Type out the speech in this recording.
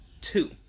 two